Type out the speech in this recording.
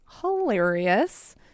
hilarious